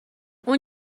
اون